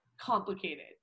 complicated